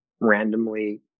randomly